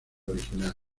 original